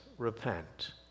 Repent